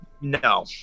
No